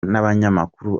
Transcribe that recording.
n’abanyamakuru